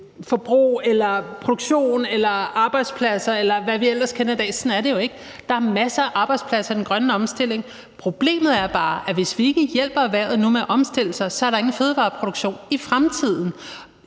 forbrug eller produktion eller arbejdspladser, eller hvad vi ellers kender i dag. Sådan er det jo ikke. Der er masser af arbejdspladser i den grønne omstilling. Problemet er bare, at hvis vi ikke hjælper erhvervet nu med at omstille sig, er der ingen fødevareproduktion i fremtiden.